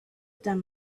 down